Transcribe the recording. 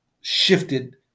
shifted